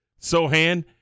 Sohan